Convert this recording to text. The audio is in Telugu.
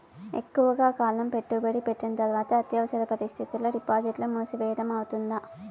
ఎక్కువగా కాలం పెట్టుబడి పెట్టిన తర్వాత అత్యవసర పరిస్థితుల్లో డిపాజిట్లు మూసివేయడం అవుతుందా?